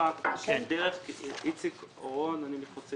41